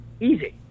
easy